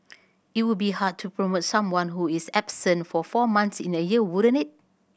it would be hard to promote someone who is absent for four months in a year wouldn't it